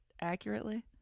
accurately